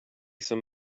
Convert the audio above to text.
some